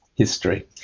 history